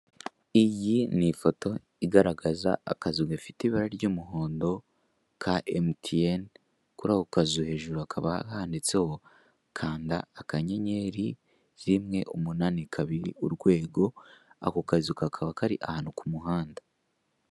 Iyi ni ifoto igaragaza akazu gafite ibara ry'umuhondo ka MTN, kuri ako kazu hejuru hakaba handitseho kanda akanyenyeri rimwe umunani kabiri urwego, ako kazu kakaba kari ahantu ku muhanda.